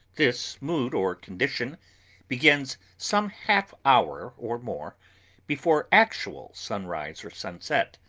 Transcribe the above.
this mood or condition begins some half hour or more before actual sunrise or sunset,